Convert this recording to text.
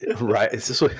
Right